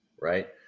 right